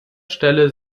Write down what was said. stelle